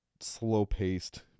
slow-paced